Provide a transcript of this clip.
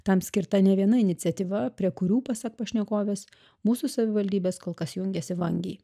tam skirta ne viena iniciatyva prie kurių pasak pašnekovės mūsų savivaldybės kol kas jungiasi vangiai